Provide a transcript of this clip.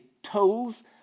tolls